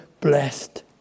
blessed